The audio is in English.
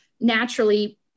naturally